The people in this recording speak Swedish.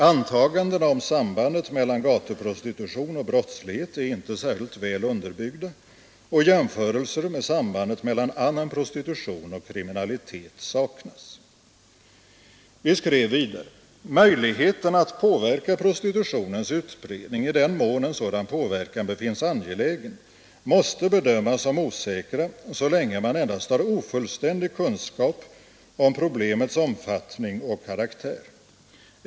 Antagandena om sambandet mellan gatuprostitution och brottslighet är inte särskilt väl underbyggda och jämförelser med sambandet mellan annan prostitution och kriminalitet saknas.” Vi skrev vidare: ”Möjligheterna att påverka prostitutionens utbredning, i den mån en sådan påverkan befinns angelägen, måste bedömas som osäkra så länge man endast har ofullständiga kunskaper om problemets omfattning och karaktär.